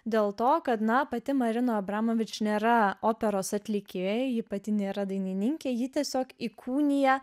dėl to kad na pati marina abramovič nėra operos atlikėja ji pati nėra dainininkė ji tiesiog įkūnija